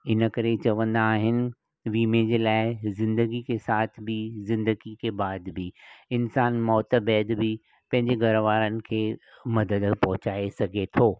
इनकरे चवंदा आहिनि विमे जे लाइ ज़िंदगी के साथ भी ज़िदगी के बाद भी इंसान मौतु बैदि बि पंहिंजे घर वारनि खे मदद पहुचाए सघे थो